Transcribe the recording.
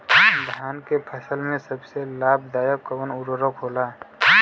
धान के फसल में सबसे लाभ दायक कवन उर्वरक होला?